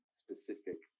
specific